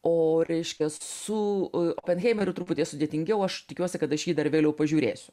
o reiškias su heimeru truputį sudėtingiau aš tikiuosi kad aš jį dar vėliau pažiūrėsiu